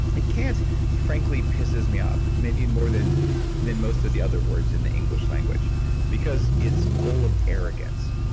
like can't frankly pisses me off. maybe more than than most of the other words in the english language because it's full of arrogance.